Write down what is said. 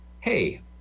hey